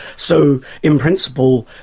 so in principle,